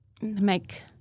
make